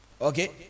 Okay